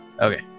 Okay